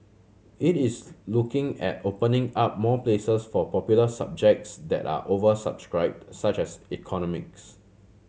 it is looking at opening up more places for popular subjects that are oversubscribed such as economics